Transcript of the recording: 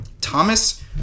Thomas